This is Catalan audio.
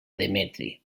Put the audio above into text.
demetri